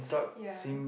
ya